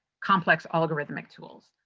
complex algorithmic tools.